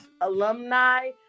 alumni